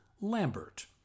Lambert